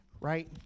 right